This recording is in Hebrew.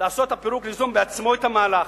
לעשות את הפירוק, ליזום בעצמו את המהלך,